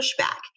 pushback